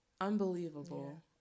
unbelievable